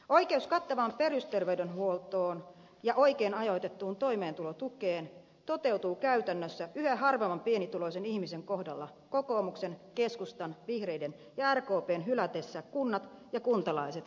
oikeus kattavaan perusterveydenhuoltoon ja oikein ajoitettuun toimeentulotukeen toteutuu käytännössä yhä harvemman pienituloisen ihmisen kohdalla kokoomuksen keskustan vihreiden ja rkpn hylätessä kunnat ja kuntalaiset hädän hetkellä